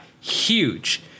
huge